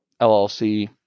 llc